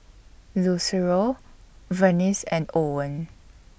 Lucero Vernice and Owen